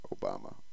Obama